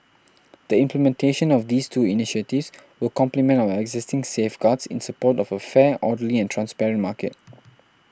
the implementation of these two initiatives will complement our existing safeguards in support of a fair orderly and transparent market